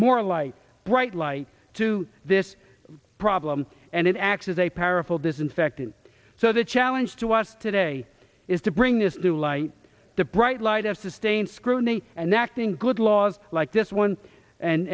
more light bright light to this problem and it acts as a powerful disinfectant so the challenge to us today is to bring this to light the bright light of sustained scrutiny and they acting good laws like this one and